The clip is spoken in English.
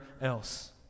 else